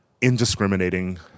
indiscriminating